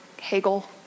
Hegel